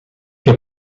heb